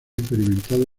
experimentado